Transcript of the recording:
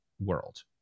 world